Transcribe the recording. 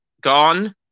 gone